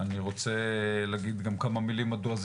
אני רוצה להגיד גם כמה מילים מדוע זה